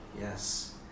Yes